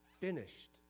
finished